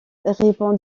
répond